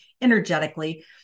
energetically